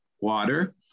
water